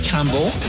Campbell